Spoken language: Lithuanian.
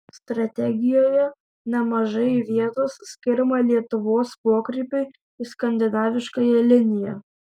strategijoje nemažai vietos skiriama lietuvos pokrypiui į skandinaviškąją liniją